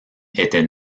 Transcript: était